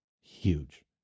Huge